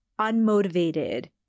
unmotivated